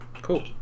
Cool